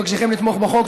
אבקשכם לתמוך בחוק.